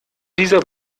dieser